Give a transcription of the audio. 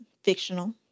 fictional